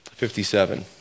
57